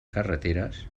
carreteres